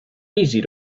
easy